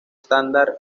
standard